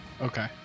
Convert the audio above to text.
Okay